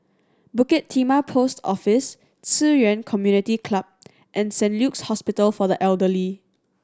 Bukit Timah Post Office Ci Yuan Community Club and Saint Luke's Hospital for the Elderly